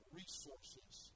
resources